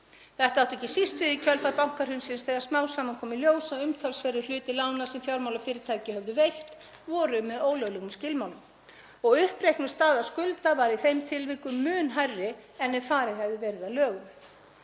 Þetta átti ekki síst við í kjölfar bankahrunsins þegar smám saman kom í ljós að umtalsverður hluti lána sem fjármálafyrirtæki höfðu veitt voru með ólöglegum skilmálum og uppreiknuð staða skulda var í þeim tilvikum mun hærri en ef farið hefði verið að lögum.